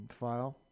file